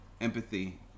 empathy